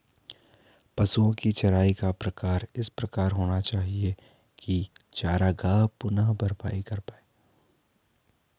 पशुओ की चराई का प्रकार इस प्रकार होना चाहिए की चरागाह पुनः भरपाई कर पाए